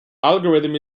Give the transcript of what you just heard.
algorithm